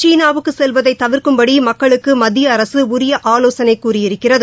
சீனாவுக்கு செல்வதை தவிர்க்கும்படி மக்களுக்கு மத்திய அரசு உரிய ஆலோசனை கூறியிருக்கிறது